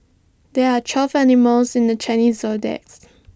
there are twelve animals in the Chinese Zodiac